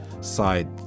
side